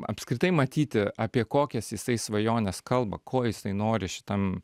apskritai matyti apie kokias jisai svajones kalba ko jisai nori šitam